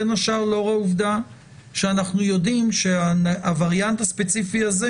בין השאר לאור העובדה שאנחנו יודעים שהווריאנט הספציפי הזה